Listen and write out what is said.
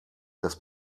das